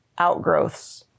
outgrowths